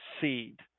seed